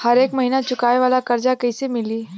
हरेक महिना चुकावे वाला कर्जा कैसे मिली?